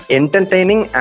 entertaining